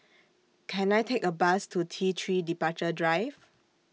Can I Take A Bus to T three Departure Drive